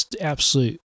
absolute